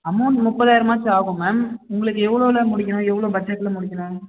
amount முப்பதாயிரமாச்சும் ஆகும் ma'am உங்களுக்கு எவ்வளோலே முடிக்கணும் எவ்வளோ பட்ஜெட்டில் முடிக்கணும்